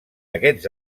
aquests